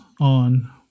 on